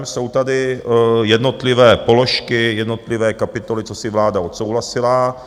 Jsou tady jednotlivé položky, jednotlivé kapitoly, co si vláda odsouhlasila.